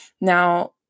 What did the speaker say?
now